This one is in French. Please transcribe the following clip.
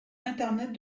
internet